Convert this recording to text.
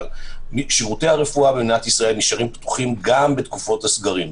אבל שירותי הרפואה במדינת ישראל נשארים פתוחים גם בתקופות הסגרים,